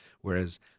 whereas